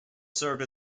served